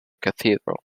cathedral